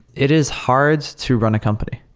it is hard to run a company.